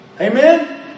Amen